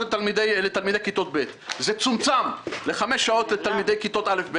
לתלמידי כיתות ב' וזה צומצם ל-5 שעות לתלמידי א'-ב'.